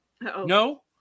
No